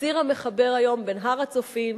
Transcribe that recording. הציר המחבר היום בין הר-הצופים,